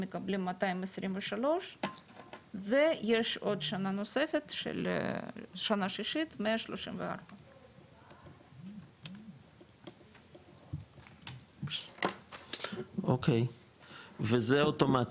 מקבלים 223 ויש עוד שנה נוספת של שנה שישית 134. אוקי וזה אוטומטי?